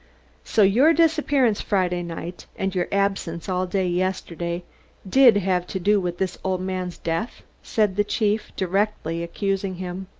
so your disappearance friday night, and your absence all day yesterday did have to do with this old man's death? said the chief, directly accusing him.